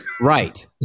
Right